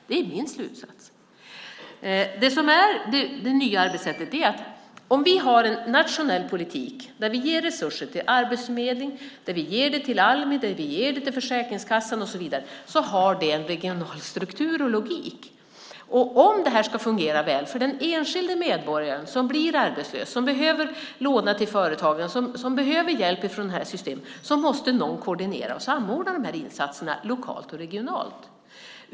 Det är min slutsats. Det som är det nya arbetssättet är att om vi har en nationell politik där vi ger resurser till Arbetsförmedlingen, där vi ger till Almi, där vi ger till Försäkringskassan och så vidare har det en regional struktur och logik. Om det ska fungera väl för den enskilde medborgaren som blir arbetslös, som behöver låna till företagen, som behöver hjälp från de här systemen måste någon koordinera och samordna insatserna lokalt och regionalt.